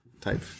type